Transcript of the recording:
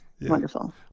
wonderful